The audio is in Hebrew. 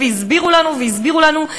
והסבירו לנו והסבירו לנו,